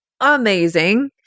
amazing